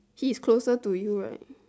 he's closer to you right